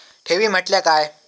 ठेवी म्हटल्या काय?